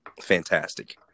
Fantastic